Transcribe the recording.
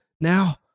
now